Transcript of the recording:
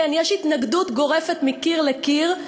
כן, יש התנגדות גורפת, מקיר לקיר,